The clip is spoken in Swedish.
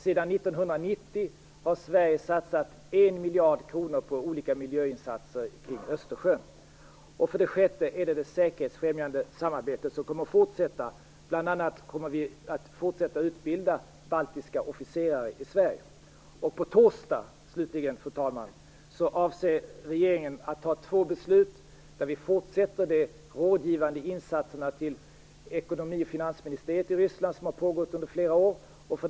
Sedan 1990 har Sverige satsat 1 miljard kronor på olika miljöinsatser kring Östersjön. För det sjätte kommer det säkerhetsfrämjande samarbetet att fortsätta. Bl.a. kommer utbildningen av baltiska officerare i Sverige att fortsätta. Slutligen, fru talman, avser regeringen att fatta två beslut nu på torsdag. Det ena beslutet innebär att de rådgivande insatserna till ekonomi och finansministeriet i Ryssland, som har pågått under flera år, kommer att fortsätta.